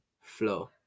Flow